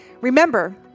Remember